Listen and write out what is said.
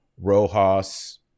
Rojas